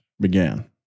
began